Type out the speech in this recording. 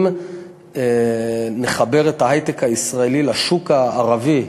אם נחבר את ההיי-טק הישראלי לשוק הערבי,